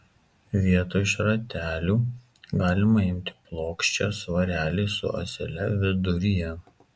vietoj šratelių galima imti plokščią svarelį su ąsele viduryje